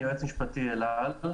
אני יועץ המשפטי של אל על.